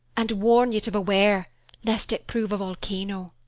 and warn you to beware lest it prove a volcano.